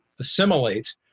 assimilate